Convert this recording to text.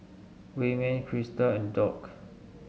Wayman Crysta and Dock